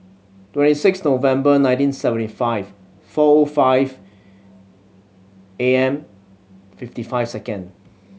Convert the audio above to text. twenty six November nineteen seventy five four O five A M fifty five second